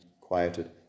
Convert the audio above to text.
quieted